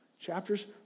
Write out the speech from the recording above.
Chapters